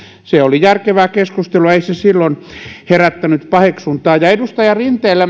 se oli järkevää keskustelua ei se silloin herättänyt paheksuntaa ja edustaja rinteelle